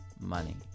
money